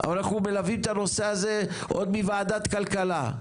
אבל אנחנו מלווים את הנושא הזה עוד מוועדת כלכלה,